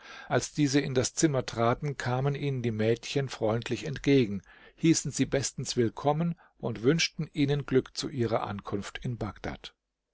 als diese in das zimmer traten kamen ihnen die mädchen freundlich entgegen hießen sie bestens willkommen und wünschten ihnen glück zu ihrer ankunft in bagdad